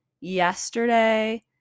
yesterday